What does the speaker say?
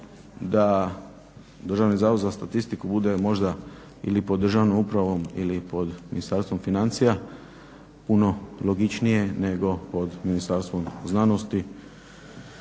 bi logično da DZS bude možda ili pod državnom upravom ili pod Ministarstvom financija puno logičnije nego pod Ministarstvom znanosti.